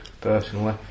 personally